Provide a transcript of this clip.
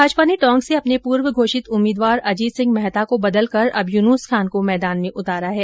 भाजपा ने टोंक से अपने पूर्व घोषित उम्मीदवार अजीत सिंह मेहता को बदलकर अब यूनुस खान को मैदान में उतारा है